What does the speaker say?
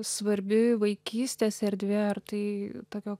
svarbi vaikystės erdvė ar tai tokio